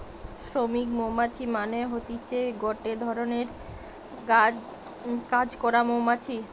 শ্রমিক মৌমাছি মানে হতিছে গটে ধরণের কাজ করা মৌমাছি